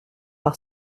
par